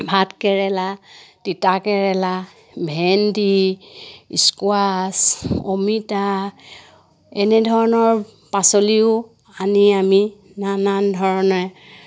ভাত কেৰেলা তিতা কেৰেলা ভেন্দি স্কোৱাচ অমিতা এনেধৰণৰ পাচলিও আনি আমি নানান ধৰণেৰে